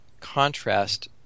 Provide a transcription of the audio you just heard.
contrast